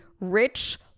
rich